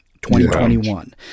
2021